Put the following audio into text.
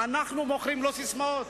אנחנו מוכרים לו ססמאות,